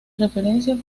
referencia